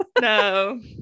No